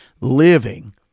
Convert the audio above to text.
living